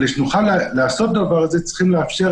כדי שנוכל לעשות את הדבר הזה צריך לאפשר